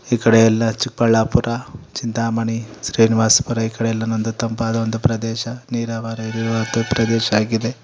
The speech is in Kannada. ಈ ಕಡೆಯೆಲ್ಲ ಚಿಕ್ಕಬಳ್ಳಾಪುರ ಚಿಂತಾಮಣಿ ಶ್ರೀನಿವಾಸ್ಪುರ ಈ ಕಡೆ ಎಲ್ಲನೊಂದು ತಂಪಾದ ಒಂದು ಪ್ರದೇಶ ನೀರಾವರಿ ಪ್ರದೇಶ ಆಗಿದೆ